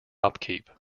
upkeep